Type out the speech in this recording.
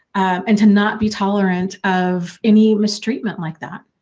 and to not be tolerant of any mistreatment like that.